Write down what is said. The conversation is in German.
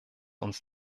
uns